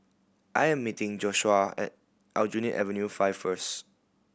I am meeting Joshuah at Aljunied Avenue Five first